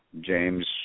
James